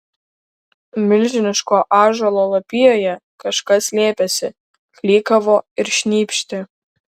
milžiniško ąžuolo lapijoje kažkas slėpėsi klykavo ir šnypštė